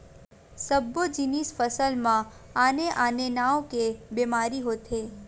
सब्बो जिनिस फसल म आने आने नाव के बेमारी होथे